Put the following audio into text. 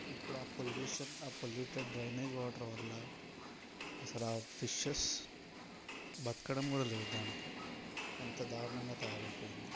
pollution ఆ polluted drainage water వల్ల అసలా ఫిషెస్ బతకడం కూడా లేదు దాంట్లో అంత దారుణంగా తయారైపోయింది